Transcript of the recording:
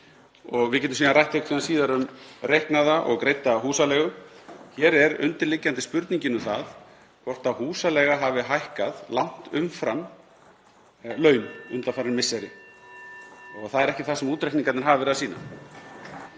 og við getum síðan rætt eitthvað síðar um reiknaða og greidda húsaleigu. Hér er undirliggjandi spurningin um það hvort húsaleiga hafi hækkað langt umfram laun undanfarin misseri og það er ekki það sem útreikningarnir hafa verið að sýna.